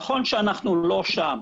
נכון שאנחנו לא שם,